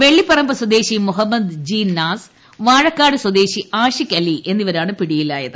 വെള്ളിപറമ്പ് സ്വദേശി മുഹമ്മദ് ജി നാസ് വാഴക്കാട് സ്വദേശി ആഷിക് അലി എന്നിവരാണ് പിടിയിലായത്